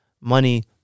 money